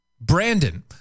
Brandon